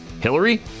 Hillary